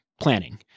planning